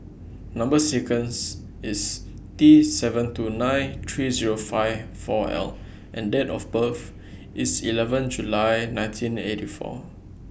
Number sequence IS T seven two nine three Zero five four L and Date of birth IS eleven July nineteen eighty four